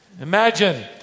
Imagine